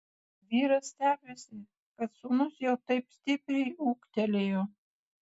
vyras stebisi kad sūnus jau taip stipriai ūgtelėjo